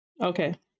Okay